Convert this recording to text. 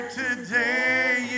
today